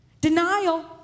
Denial